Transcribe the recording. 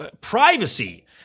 privacy